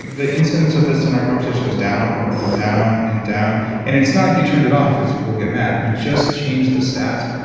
the incidence of this in our conversation goes down and down and down. and it's not like you turned it off because people get mad, you just change the stats.